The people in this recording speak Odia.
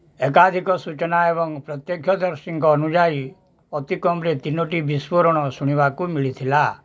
ଏକାଧିକ ସୂଚନା ଏବଂ ପ୍ରତ୍ୟକ୍ଷଦର୍ଶୀଙ୍କ ଅନୁଯାୟୀ ଅତିକମ୍ରେ ତିନୋଟି ବିସ୍ଫୋରଣ ଶୁଣିବାକୁ ମିଳିଥିଲା